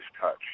touch